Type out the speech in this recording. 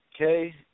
Okay